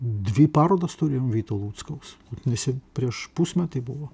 dvi parodas turim vito luckaus visi prieš pusmetį buvo